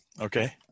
Okay